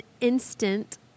instant